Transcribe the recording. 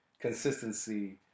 consistency